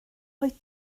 wyt